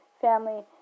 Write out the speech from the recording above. family